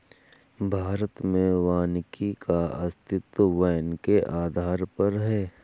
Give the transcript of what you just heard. भारत में वानिकी का अस्तित्व वैन के आधार पर है